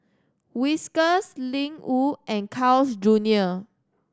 Whiskas Ling Wu and Carl's Junior